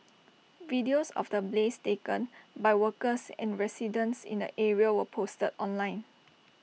videos of the blaze taken by workers and residents in the area were posted online